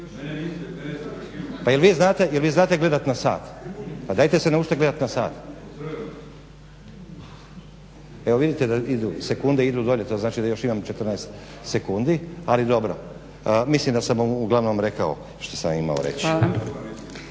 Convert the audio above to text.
Pa jel vi znate gledati na sat. Dajte se naučite gledati na sat. Evo vidite da sekunde idu dolje, to znači da imam još 14 sekundi. Ali dobro mislim da sam uglavnom rekao što sam imao reći.